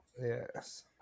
Yes